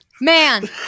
Man